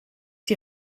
die